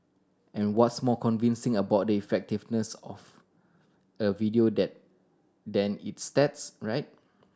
and what's more convincing about the effectiveness of a video than than its stats right